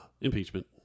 Impeachment